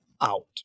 out